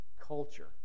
culture